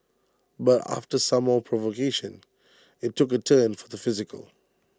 but after some more provocation IT took A turn for the physical